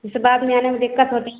जेसे बाद में आने में दिक्कत होती है